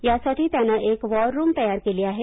यासाठी त्याने एक वॉर रूम तयार केली आहे